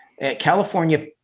California